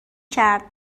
کرد